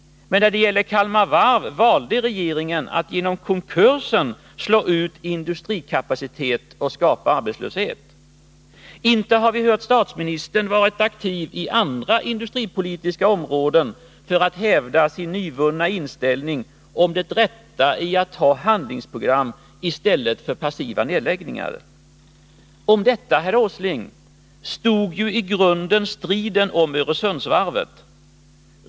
Men när det gäller Kalmar Varv valde regeringen att genom konkursen slå ut industrikapacitet och skapa arbetslöshet. Om sysselsättning Inte har vi hört att statsministern varit aktiv på andra industripolitiska en vid Kalmar områden för att hävda sin nyvunna inställning om det rätta i att ha Varv AB handlingsprogram i stället för passiva nedläggningar. Om detta, herr Åsling, stod ju i grunden striden när det gällde Öresundsvarvet.